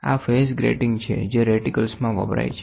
આ phase grating છે જે રેટિકલસ મા વપરાય છે